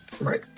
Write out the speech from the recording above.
Right